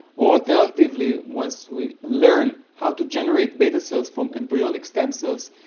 or alternatively, once we learn how to generate beta cells from embryonic stem cells,